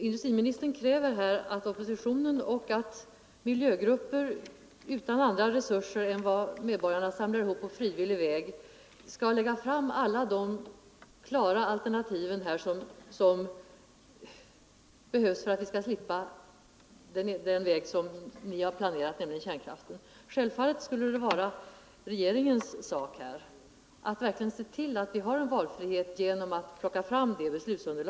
Industriministern kräver här att oppositionen och miljögrupper utan andra resurser än vad som medborgarna samlar ihop på frivillig väg skall lägga fram alla färdiga alternativ som behövs för att vi skall slippa den lösning som regeringen planerat, nämligen kärnkraften. Självfallet borde det vara regeringens sak att genom att skaffa fram det beslutsunderlaget verkligen se till att vi har en valfrihet.